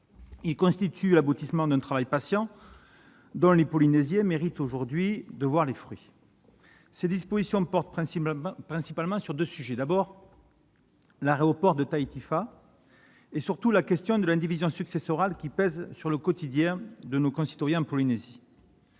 Il constitue l'aboutissement d'un travail patient, dont les Polynésiens méritent aujourd'hui de voir les fruits. Ces dispositions portent principalement sur deux sujets : l'aéroport de Tahiti-Faa'a, d'abord, mais surtout la question de l'indivision successorale, qui pèse sur le quotidien de nos concitoyens en Polynésie.